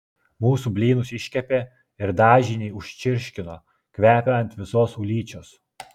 mūsų blynus iškepė ir dažinį užčirškino kvepia ant visos ulyčios